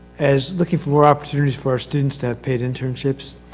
as looking for more opportunities for our students to have paid internships,